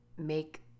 Make